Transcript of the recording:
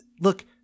look